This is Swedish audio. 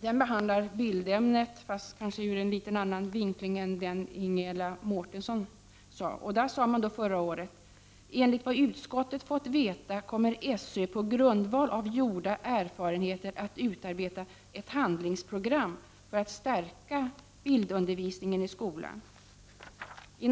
behandlas bildämnet ur en annan synvinkel än i den motion som Ingela Mårtensson talade om. I betänkandet förra året sade utskottet: ”Enligt vad utskottet fått veta kommer SÖ på grundval av gjorda erfarenheter att utarbeta ett handlingsprogram för att stärka bildundervis — Prot. 1989/90:27 ningen i skolan.